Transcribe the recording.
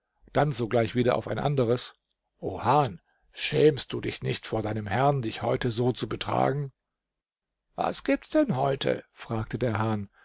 dann sogleich wieder auf ein anderes o hahn schämst du dich nicht vor deinem herrn dich heute so zu betragen was gibt's denn heute fragte der hahn